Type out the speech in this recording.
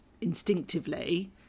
instinctively